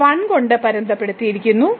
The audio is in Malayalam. ഇത് 1 കൊണ്ട് പരിമിതപ്പെടുത്തിയിരിക്കുന്നു